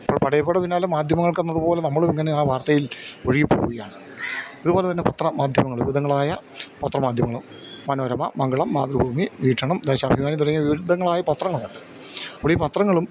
അപ്പോൾ പടയപ്പയുടെ പിന്നാലെ മാധ്യമങ്ങളെന്നതുപോലെ നമ്മളും ഇങ്ങനെ ആ വാർത്തയിൽ ഒഴുകിപ്പോകുകയാണ് അതുപോലെ തന്നെ പത്രമാധ്യമങ്ങളും വിവിധങ്ങളായ പത്രമാധ്യമങ്ങളും മനോരമ മംഗളം മാതൃഭൂമി വീക്ഷണം ദേശാഭിമാനി തുടങ്ങിയ വിവിധങ്ങളായ പത്രങ്ങളുണ്ട് അപ്പോള് ഈ പത്രങ്ങളും